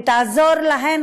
ותעזור להן,